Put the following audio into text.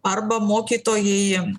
arba mokytojai